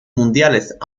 mundiales